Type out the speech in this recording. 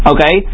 Okay